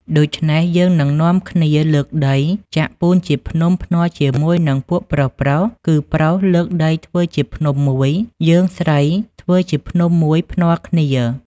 ដូចេ្នះយើងនឹងនាំគ្នាលើកដីចាក់ពូនជាភ្នំ ភ្នាល់ជាមួយនិងពួកប្រុសៗ គឺប្រុសលើកដីធ្វើជាភ្នំមួយ យើងស្រីធ្វើជាភ្នំ មួយភ្នាល់គ្នា។